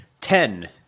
Ten